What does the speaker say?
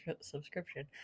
subscription